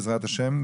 בעזרת השם,